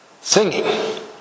singing